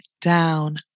down